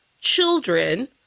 children